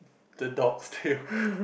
the dog's tale